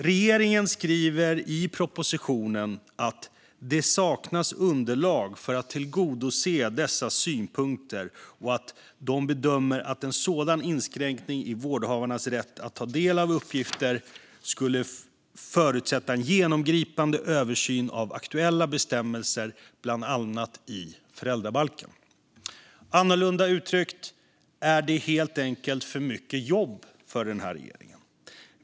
Regeringen skriver i propositionen att det saknas underlag för att tillgodose dessa synpunkter och att de bedömer att en sådan inskränkning i vårdnadshavarnas rätt att ta del av uppgifter skulle förutsätta en genomgripande översyn av aktuella bestämmelser i bland annat föräldrabalken. Annorlunda uttryckt är det helt enkelt för mycket jobb för den här regeringen.